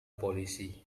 polisi